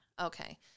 Okay